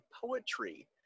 poetry